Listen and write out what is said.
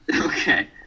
Okay